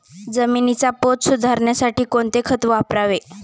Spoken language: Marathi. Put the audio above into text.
जमिनीचा पोत सुधारण्यासाठी कोणते खत वापरावे?